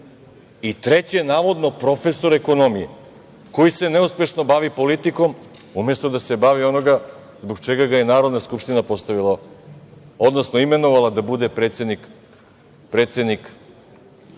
i treći je navodno profesor ekonomije, koji se neuspešno bavi politikom, umesto da se bavi onim zbog čega ga je Narodna skupština postavila, odnosno imenovala da bude predsednik